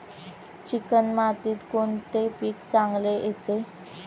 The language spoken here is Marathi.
चिकण मातीत कोणते पीक चांगले येते?